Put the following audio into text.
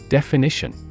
Definition